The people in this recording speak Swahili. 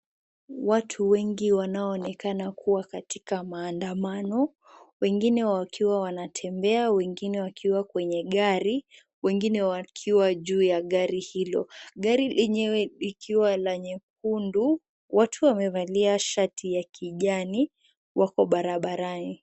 Watu wengi wanaoonekana kuwa katika maandamano. Wengine wakiwa wanatembea, wengine wakiwa kwenye gari, wengine wakiwa juu ya gari hilo. Gari lenyewe likiwa la nyekundu. Watu wamevalia shati ya kijani wako barabarani.